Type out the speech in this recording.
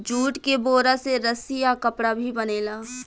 jute के बोरा से रस्सी आ कपड़ा भी बनेला